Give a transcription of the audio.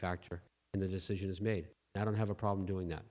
factor in the decision is made i don't have a problem doing that